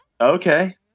okay